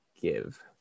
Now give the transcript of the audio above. give